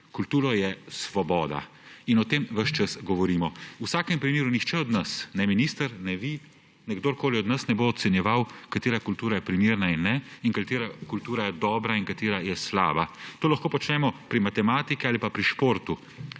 kultura je svoboda. O tem ves čas govorimo. V vsakem primeru nihče od nas, ne minister ne vi ne kdorkoli od nas, ne bo ocenjeval, katera kultura je primerna in ne in katera kultura je dobra in katera je slaba. To lahko počnemo pri matematiki ali pa pri športu,